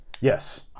Yes